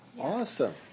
Awesome